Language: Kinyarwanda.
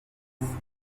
mafoto